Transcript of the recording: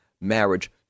marriage